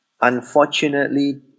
unfortunately